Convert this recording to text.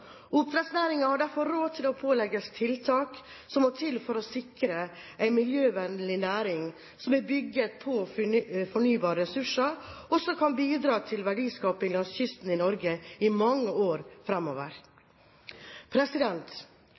har derfor råd til å pålegges tiltak som må til for å sikre en miljøvennlig næring som er bygd på fornybare ressurser, og som kan bidra til verdiskaping langs kysten i Norge i mange år framover.